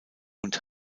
und